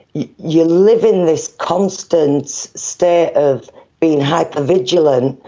you you live in this constant state of being hypervigilant,